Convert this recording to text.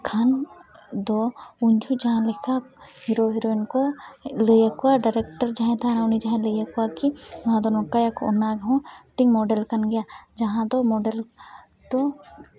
ᱡᱟᱦᱟᱱ ᱫᱚ ᱩᱱ ᱡᱚᱠᱷᱚᱡ ᱡᱟᱦᱟᱸ ᱞᱮᱠᱟ ᱦᱤᱨᱳ ᱦᱤᱨᱳᱭᱤᱱ ᱠᱚ ᱞᱟᱹᱭ ᱠᱚᱣᱟ ᱰᱟᱭᱨᱮᱠᱴᱚᱨ ᱡᱟᱦᱟᱸᱭ ᱛᱟᱦᱮᱱᱟ ᱩᱱᱤ ᱡᱟᱦᱟᱸᱭ ᱞᱟᱹᱭ ᱠᱚᱣᱟ ᱠᱤ ᱱᱚᱣᱟ ᱫᱚ ᱱᱚᱝᱠᱟᱭᱟᱠᱚ ᱚᱱᱟ ᱦᱚᱸ ᱢᱤᱫᱴᱤᱡ ᱢᱚᱰᱮᱞ ᱠᱟᱱ ᱜᱮᱭᱟ ᱡᱟᱦᱟᱸ ᱫᱚ ᱢᱚᱰᱮᱞ ᱫᱚ